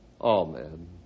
Amen